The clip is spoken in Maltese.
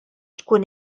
tkun